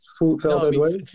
No